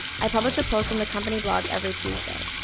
i publish a post on the company blog every tuesday.